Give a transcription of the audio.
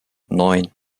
neun